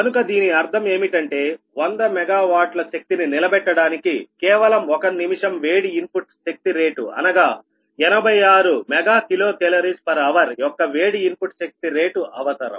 కనుక దీని అర్థం ఏమిటంటే100 MW శక్తిని నిలబెట్టడానికి కేవలం 1 నిమిషం వేడి ఇన్పుట్ శక్తి రేటు అనగా 86 MkCal hr యొక్క వేడి ఇన్పుట్ శక్తి రేటు అవసరం